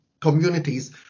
communities